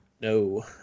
No